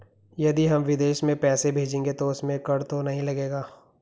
यदि हम विदेश में पैसे भेजेंगे तो उसमें कर तो नहीं लगेगा?